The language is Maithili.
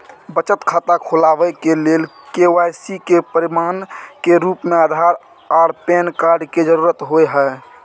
बचत खाता खोलाबय के लेल के.वाइ.सी के प्रमाण के रूप में आधार आर पैन कार्ड के जरुरत होय हय